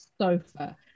Sofa